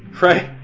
Right